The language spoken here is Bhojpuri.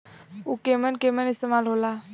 उव केमन केमन इस्तेमाल हो ला?